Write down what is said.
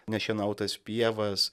nešienautas pievas